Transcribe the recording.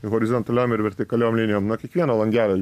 horizontaliam ir vertikaliom linijom nuo kiekvieno langelio